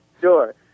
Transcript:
Sure